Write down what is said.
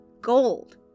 gold